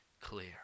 clear